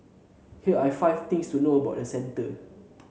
here are five things to know about the centre